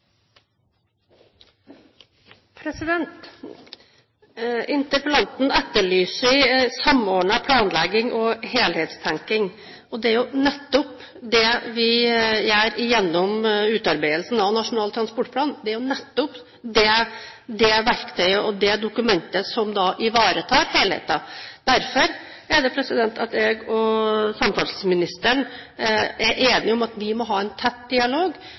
Skipsregister. Interpellanten etterlyser samordnet planlegging og helhetstenkning. Det er jo nettopp det vi gjør gjennom utarbeidelsen av Nasjonal transportplan. Det er jo nettopp det verktøyet og det dokumentet som ivaretar helheten. Derfor er jeg og samferdselsministeren enige om at vi må ha en tett dialog,